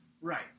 right